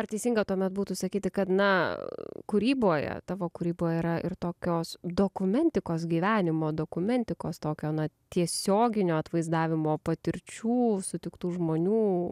ar teisinga tuomet būtų sakyti kad na kūryboje tavo kūryboje yra ir tokios dokumentikos gyvenimo dokumentikos tokio na tiesioginio atvaizdavimo patirčių sutiktų žmonių